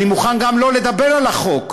אני מוכן גם לא לדבר על החוק,